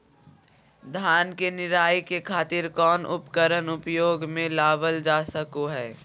धान के निराई के खातिर कौन उपकरण उपयोग मे लावल जा सको हय?